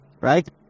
right